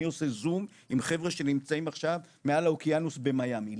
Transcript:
אני עושה זום עם חבר'ה שנמצאים עכשיו מעל האוקיינוס במיאמי,